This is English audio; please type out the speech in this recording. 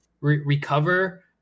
recover